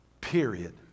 Period